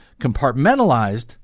Compartmentalized